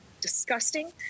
disgusting